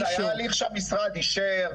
זה היה הליך שהמשרד אישר.